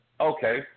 okay